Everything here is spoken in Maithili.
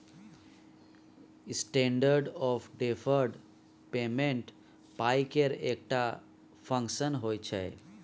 स्टेंडर्ड आँफ डेफर्ड पेमेंट पाइ केर एकटा फंक्शन होइ छै